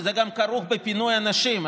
שזה כרוך גם בפינוי אנשים,